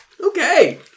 Okay